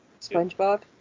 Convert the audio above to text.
SpongeBob